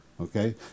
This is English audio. okay